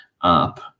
up